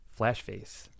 Flashface